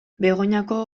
begoñako